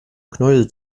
knäuel